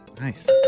Nice